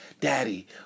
daddy